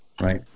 right